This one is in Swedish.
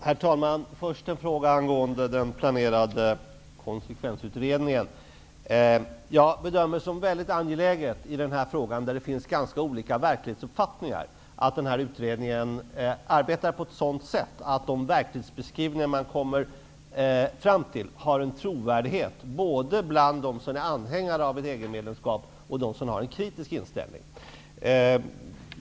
Herr talman! Först en fråga angående den planerade konsekvensutredningen. Jag bedömer det som väldigt angeläget i den här frågan, där det finns ganska olika uppfattningar om verkligheten, att den här utredningen arbetar på ett sådant sätt att de verklighetsbeskrivningar som man kommer fram till har trovärdighet både bland dem som är anhängare av ett EG-medlemskap och bland dem som har en kritisk inställning.